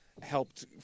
helped